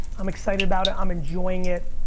i'm excited about it. i'm enjoying it.